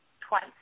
twice